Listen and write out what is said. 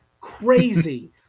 crazy